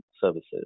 services